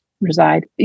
reside